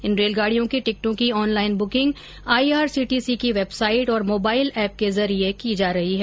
इन रेलगाड़ियों के टिकिटों की ऑनलाइन बुकिंग आईआरसीटीसी की वेबसाइट और मोबाईल एप के जरिए की जा रही है